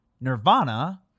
Nirvana